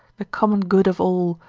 the common good of all,